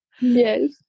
yes